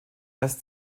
erst